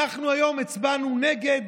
אנחנו היום הצבענו נגד,